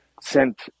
sent